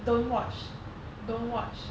don't watch don't watch